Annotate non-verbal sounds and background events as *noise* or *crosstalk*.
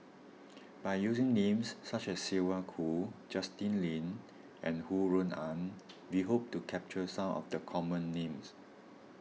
*noise* by using names such as Sylvia Kho Justin Lean and Ho Rui An we hope to capture some of the common names